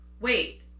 Wait